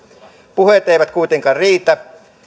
puheet eivät kuitenkaan riitä